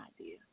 idea